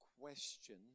question